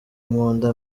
nkunda